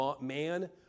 man